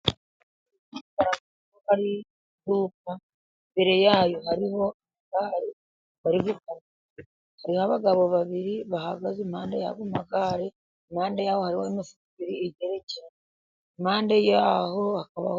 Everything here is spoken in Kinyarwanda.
Bigaragara ko hari isuka. Imbere yaryo hariho amagare bari gupakira, hariho abagabo babiri bahagaze impande y'ayo magare. Impande yaho hariho imifuka ibiri igerekeranye, impande yaho hakabaho...